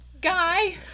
Guy